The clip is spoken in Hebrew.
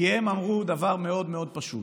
כי הם אמרו דבר מאוד מאוד פשוט,